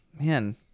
man